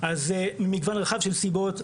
עם מגוון רחב של סיבות,